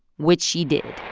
which she did